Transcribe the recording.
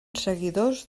seguidors